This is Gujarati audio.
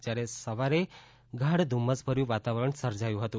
જયારે સવારે ગાઢ ધુમ્મસ ભર્યુ વાતાવરણ સર્જાયું હતું